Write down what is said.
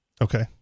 Okay